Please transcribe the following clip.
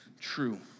true